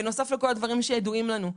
בנוסף לכל הדברים שידועים לנו,